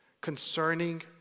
concerning